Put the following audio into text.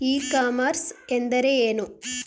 E commerce ಎಂದರೆ ಏನು?